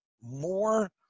more